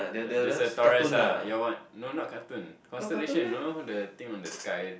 that's the Taurus lah yea one no not cartoon constellation know the thing on the sky